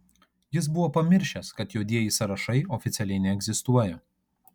jis buvo pamiršęs kad juodieji sąrašai oficialiai neegzistuoja